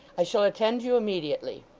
i shall attend you immediately